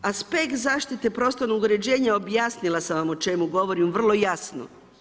Aspekt zaštite prostornog uređenja, objasnila sama vam o čemu govorim vrlo jasno.